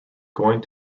going